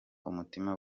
umutima